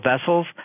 vessels